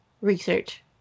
research